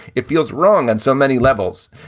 it feels wrong on so many levels.